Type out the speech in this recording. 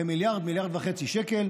ב-1 1.5 מיליארד שקל,